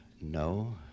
no